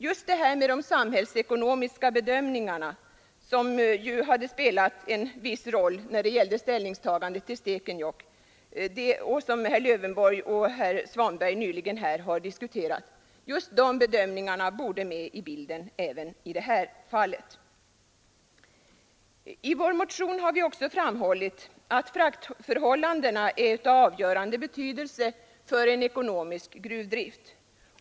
Just de samhällsekonomiska bedömningarna, som hade spelat en viss roll när det gällde ställningstagande till Stekenjokk och som herr Lövenborg och herr Svanberg nyligen diskuterat här, borde med i bilden även i det här fallet. I vår motion har vi också framhållit att fraktförhållandena är av avgörande betydelse för en ekonomisk gruvdrift.